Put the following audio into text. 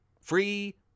free